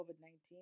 COVID-19